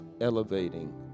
elevating